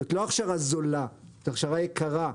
זאת לא הכשרה זולה, זו הכשרה יקרה.